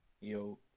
Yo